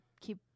keep